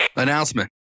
announcement